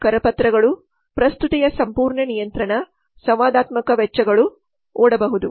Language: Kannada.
ಕರಪತ್ರಗಳು ಪ್ರಸ್ತುತಿಯ ಸಂಪೂರ್ಣ ನಿಯಂತ್ರಣ ಸಂವಾದಾತ್ಮಕ ವೆಚ್ಚಗಳು ಓಡಿಹೋಗಬಹುದು